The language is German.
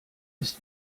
ist